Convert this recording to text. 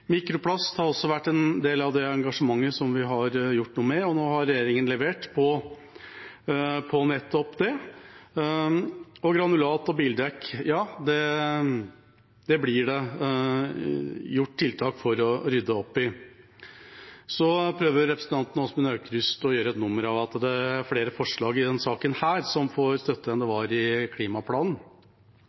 Mikroplast har også vært en del av det engasjementet som vi har gjort noe med. Nå har regjeringa levert på nettopp det. Når det gjelder granulat og bildekk, blir det satt inn tiltak for å rydde opp i det. Så prøver representanten Åsmund Aukrust å gjøre et nummer av at det er flere forslag i denne saken som får støtte, enn det var i klimaplanen.